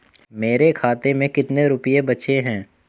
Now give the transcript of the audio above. मेरे खाते में कितने रुपये बचे हैं?